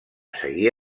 seguir